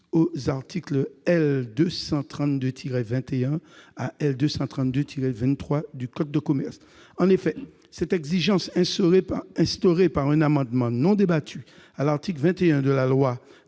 aux articles L. 232-21 à L. 232-23 du code de commerce. En effet, cette exigence introduite, par la voie d'un amendement non débattu, à l'article 21 de la loi